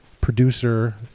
producer